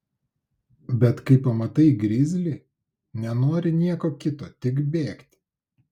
bet kai pamatai grizlį nenori nieko kito tik bėgti